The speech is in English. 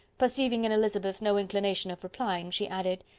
perceiving in elizabeth no inclination of replying, she added,